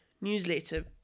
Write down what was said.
newsletter